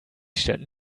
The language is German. stellt